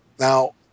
Now